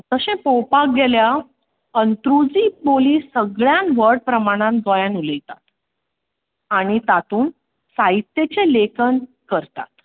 तशें पळोवपाक गेल्यार अंत्रृजी बोली सगळ्यान व्हड प्रमाणान गोंयांत उलयता आनी तातूंत साहित्याचें लेखन करता